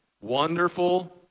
Wonderful